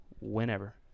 whenever